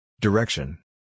Direction